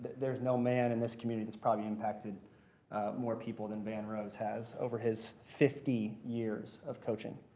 there's no man in this community that's probably impacted more people than van rose has over his fifty years of coaching.